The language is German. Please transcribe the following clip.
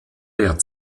der